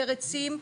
יותר עצים,